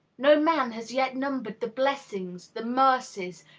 no man has yet numbered the blessings, the mercies,